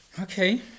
okay